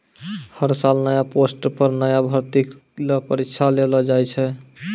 हर साल नया पोस्ट पर नया भर्ती ल परीक्षा लेलो जाय छै